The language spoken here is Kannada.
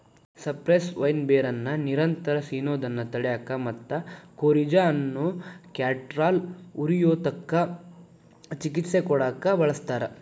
ಸೈಪ್ರೆಸ್ ವೈನ್ ಬೇರನ್ನ ನಿರಂತರ ಸಿನೋದನ್ನ ತಡ್ಯಾಕ ಮತ್ತ ಕೋರಿಜಾ ಅನ್ನೋ ಕ್ಯಾಟರಾಲ್ ಉರಿಯೂತಕ್ಕ ಚಿಕಿತ್ಸೆ ಕೊಡಾಕ ಬಳಸ್ತಾರ